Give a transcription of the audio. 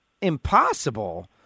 impossible